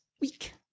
week